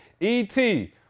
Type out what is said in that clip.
ET